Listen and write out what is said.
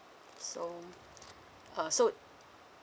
so uh so